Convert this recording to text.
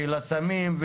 ולסמים,